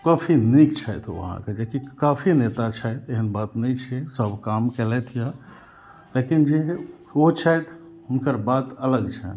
काफी नीक छथि ओ अहाँके जेकि काफी नेता छथि एहन बात नहि छै सब काम केलथि यऽ लेकिन जे ओ छथि हुनकर बात अलग छनि